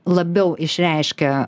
labiau išreiškia